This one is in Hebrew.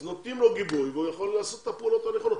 נותנים לו גיבוי והוא יכול לעשות את הפעולות הנכונות.